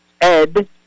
Ed